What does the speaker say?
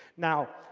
now,